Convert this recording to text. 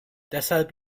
deshalb